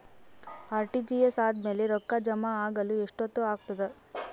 RTGS ಆದ್ಮೇಲೆ ರೊಕ್ಕ ಜಮಾ ಆಗಲು ಎಷ್ಟೊತ್ ಆಗತದ?